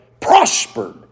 prospered